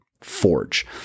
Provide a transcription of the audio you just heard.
Forge